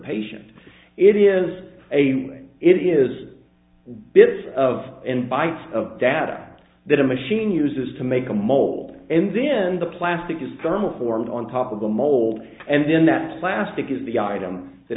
patient it is a way it is bits of and bytes of data that a machine uses to make a mold and then the plastic is thermoformed on top of the mold and then that plastic is the item that